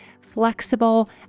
flexible